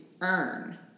earn